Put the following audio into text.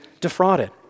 defrauded